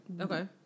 Okay